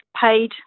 paid